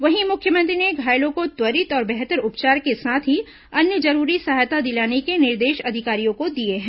वहीं मुख्यमंत्री ने घायलों को त्वरित और बेहतर उपचार के साथ ही अन्य जरूरी सहायता दिलाने के निर्देश अधिकारियों को दिए हैं